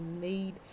made